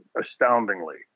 astoundingly